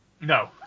No